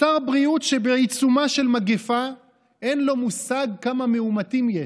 שר בריאות שבעיצומה של מגפה אין לו מושג כמה מאומתים יש,